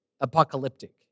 apocalyptic